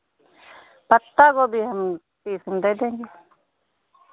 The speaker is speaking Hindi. पत्ता गोभी हम तीस में दे देंगे